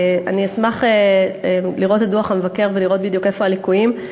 אני אשמח לראות את דוח המבקר כדי לראות איפה בדיוק הליקויים.